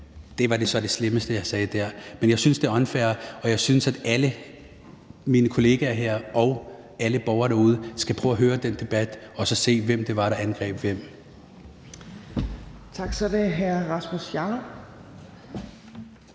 det var så det slemmeste, jeg sagde der. Men jeg synes, det er unfair, og jeg synes, at alle mine kollegaer her og alle borgere derude skal prøve at høre den debat og så se, hvem det var, der angreb hvem.